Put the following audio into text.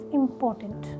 important